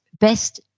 best